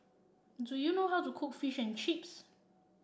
do you know how to cook Fish and Chips